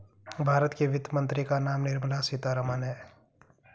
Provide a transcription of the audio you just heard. भारत के वित्त मंत्री का नाम निर्मला सीतारमन है